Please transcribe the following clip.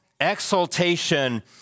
exaltation